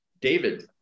David